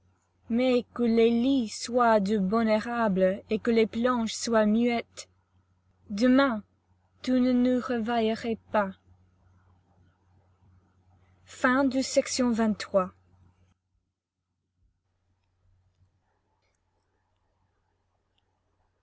mais que les lits soient de bon érable et que les planches soient muettes demain tu ne nous réveilleras pas